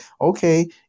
okay